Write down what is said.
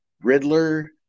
Riddler